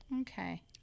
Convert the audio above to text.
okay